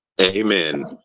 Amen